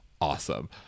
awesome